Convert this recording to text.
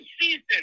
season